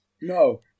No